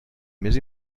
més